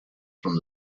from